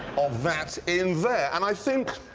of that in there. and i think,